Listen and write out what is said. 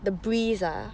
the breeze ah